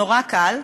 נורא קל.